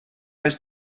est